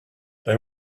they